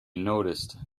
noticed